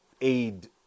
aid